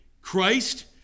Christ